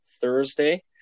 Thursday